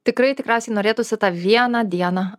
tikrai tikriausiai norėtųsi tą vieną dieną